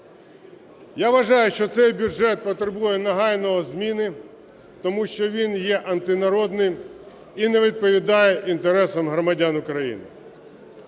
Я вважаю, що цей бюджет потребує негайної зміни, тому що він є антинародним і не відповідає інтересам громадян України.